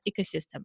ecosystem